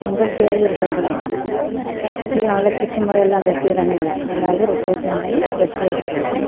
ಗಟ್ಟಿಯಾಗಿರ್ಬೋದು ಅಂತ ಈ ಅವಲಕ್ಕಿ ಚುಮರಿ ಎಲ್ಲ ಗಟ್ಟಿ ಇರೋಂಗಿಲ್ಲ ಹಾಗಾಗಿ ರೊಟ್ಟಿಯೇ ತಿಂದರೇನೆ ಗಟ್ಟಿ ಆಗಿರೋದು